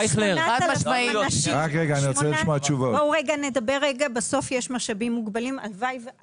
100%+. בסוף יש משאבים מוגבלים.